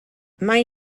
mae